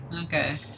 Okay